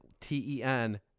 T-E-N